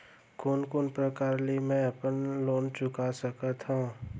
कोन कोन प्रकार ले मैं अपन लोन चुका सकत हँव?